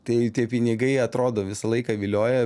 tai tie pinigai atrodo visą laiką vilioja